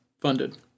funded